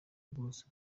bwose